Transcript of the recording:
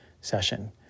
session